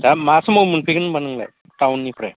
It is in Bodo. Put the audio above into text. दा मा समाव मोनफैगोन होमब्ला नोंलाय टाउननिफ्राय